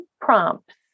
prompts